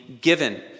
given